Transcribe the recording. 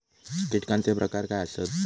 कीटकांचे प्रकार काय आसत?